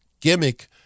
gimmick